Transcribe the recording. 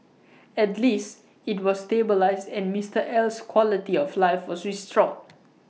at least IT was stabilised and Mister L's quality of life was restored